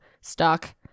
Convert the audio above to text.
stuck